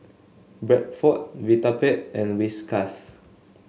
Bradford Vitapet and Whiskas